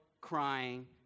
crying